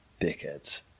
dickheads